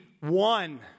one